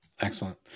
Excellent